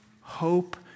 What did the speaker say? hope